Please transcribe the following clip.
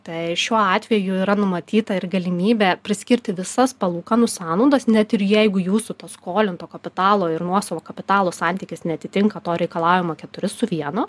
tai šiuo atveju yra numatyta ir galimybė priskirti visas palūkanų sąnaudas net ir jeigu jūsų to skolinto kapitalo ir nuosavo kapitalo santykis neatitinka to reikalavimo keturi su vienu